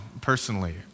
personally